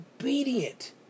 obedient